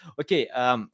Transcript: Okay